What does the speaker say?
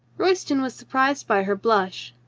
royston was surprised by her blush.